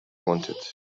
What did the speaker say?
wanted